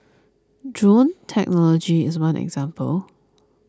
drone technology is one example